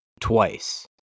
twice